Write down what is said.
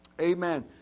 Amen